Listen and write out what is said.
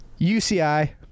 UCI